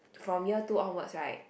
from year two onwards right